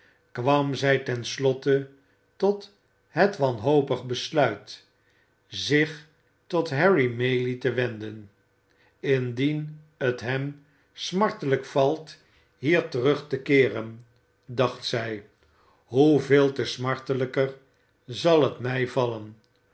kwam zij ten slotte tot het wanhopig besluit zich tot harry maylie te wenden indien het hem smartelijk valt hier terug te keeren dacht zij hoeveel te smartelijker zal het mij vallen